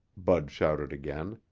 bud shouted again.